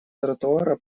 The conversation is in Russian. тротуара